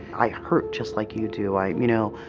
i hurt just like you do. i, you know,